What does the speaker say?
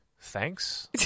Thanks